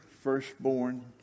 firstborn